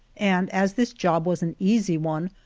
and as this job was an easy one,